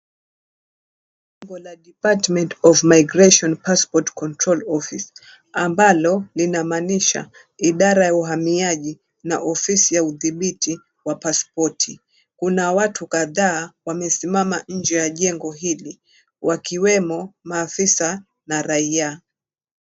Jengo la DEPARTMENT OF IMMIGRATION PASSPORT CONTROL OFFICE ambalo linamaanisha idara ya uhamiaji na ofisi ya udhibiti wa paspoti. Kuna watu kadhaa wamesimama nje ya jengo hili wakiwemo maafisa na raia.